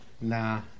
Nah